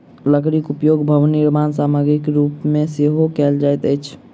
लकड़ीक उपयोग भवन निर्माण सामग्रीक रूप मे सेहो कयल जाइत अछि